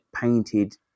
painted